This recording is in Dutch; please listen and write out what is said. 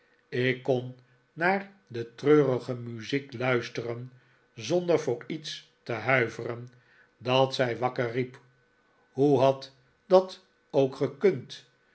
ik kon naar de treurige muziek luisteren zonder voor iets te huiveren dat zij wakker riep hoe had dat ook gekund